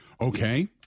Okay